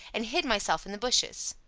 and hid myself in the bushes.